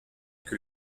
que